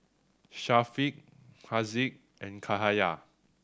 Syafiq Haziq and Cahaya